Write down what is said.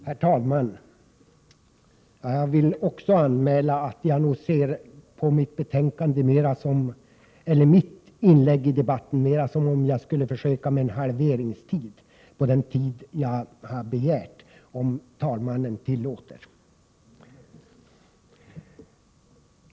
Herr talman! Även jag vill anmäla att jag nog ser mitt inlägg i debatten mer som ett försök till en halvering av den taletid som jag har begärt, om talmannen tillåter.